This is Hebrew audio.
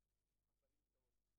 כלומר החל מהשעה הראשונה.